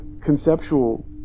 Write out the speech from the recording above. conceptual